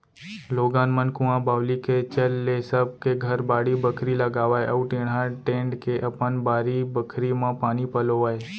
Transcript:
लोगन मन कुंआ बावली के चल ले सब के घर बाड़ी बखरी लगावय अउ टेड़ा टेंड़ के अपन बारी बखरी म पानी पलोवय